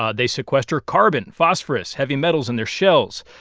ah they sequester carbon, phosphorus, heavy metals in their shells.